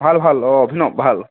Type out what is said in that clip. ভাল ভাল অভিনৱ ভাল